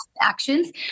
actions